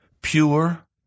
pure